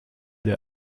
der